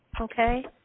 Okay